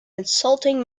insulting